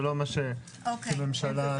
זה לא מה שהממשלה דיברה.